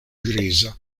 griza